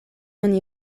oni